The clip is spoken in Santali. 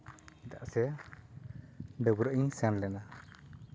ᱪᱮᱫᱟᱜ ᱥᱮ ᱰᱟᱹᱵᱽᱨᱟᱹᱜ ᱤᱧ ᱥᱮᱱ ᱞᱮᱱᱟ